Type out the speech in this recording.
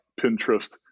Pinterest